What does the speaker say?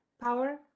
power